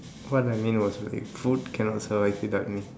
what I mean was like food cannot survive without me